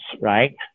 right